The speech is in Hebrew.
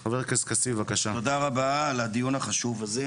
תודה רבה על הדיון החשוב הזה.